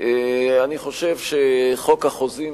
אני חושב שחוק החוזים,